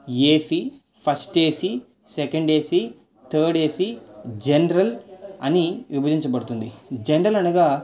ఏసి first AC second AC third AC general అని విభజించబడుతుంది general అనగా